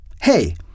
hey